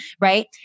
right